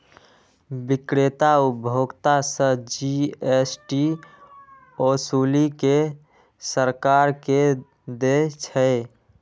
बिक्रेता उपभोक्ता सं जी.एस.टी ओसूलि कें सरकार कें दै छै